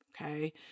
okay